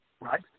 right